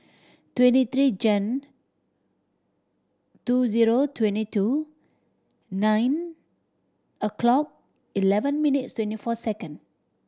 twenty three Jan two zero twenty two nine o'clock eleven minutes twenty four second